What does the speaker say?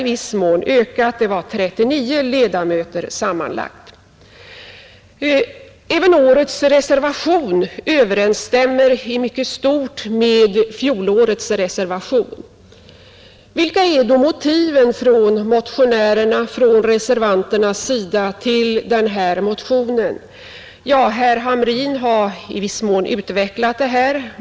Intresset hade alltså i viss mån ökat. Även årets reservation överensstämmer till mycket stor del med fjolårets reservation. Vilka är då motionärernas och reservanternas motiv? Herr Hamrin har i viss mån utvecklat det.